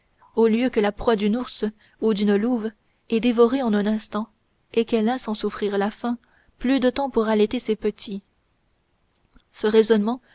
au lieu que la proie d'une ourse ou d'une louve est dévorée en un instant et qu'elle a sans souffrir la faim plus de temps pour allaiter ses petits ce raisonnement